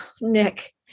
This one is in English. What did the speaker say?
Nick